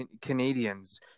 Canadians